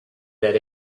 that